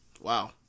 wow